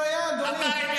אין שום בעיה, אדוני.